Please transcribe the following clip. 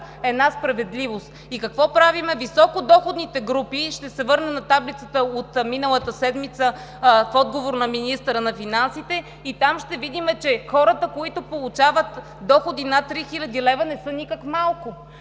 една справедливост. Какво правим? Високодоходните групи – ще се върна на таблицата от миналата седмица в отговор на министъра на финансите и там ще видим, че хората, които получават доходи над 3000 лв., не са никак малко.